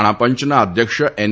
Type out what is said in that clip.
નાણાં પંચના અધ્યક્ષ એન